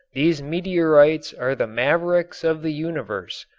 these meteorites are the mavericks of the universe.